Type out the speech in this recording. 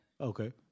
okay